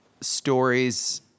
stories